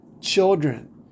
children